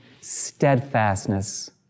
steadfastness